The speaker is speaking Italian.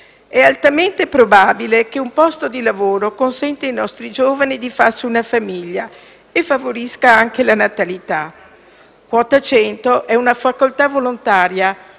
È altamente probabile che un posto di lavoro consenta ai nostri giovani di farsi una famiglia e favorisca anche la natalità. Quota 100 è una facoltà volontaria,